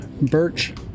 Birch